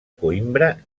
coïmbra